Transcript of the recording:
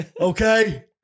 Okay